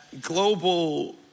global